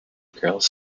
girls